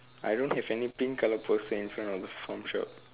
I don't have any pink colour poster in front of the farm shop